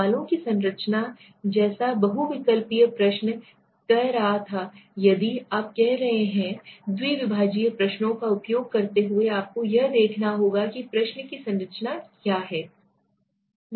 सवालों की संरचना जैसा बहुविकल्पी प्रश्न कह रहा था यदि आप कर रहे हैं द्विभाजित प्रश्नों का उपयोग करते हुए आपको यह देखना होगा कि प्रश्न की संरचना क्या है